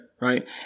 right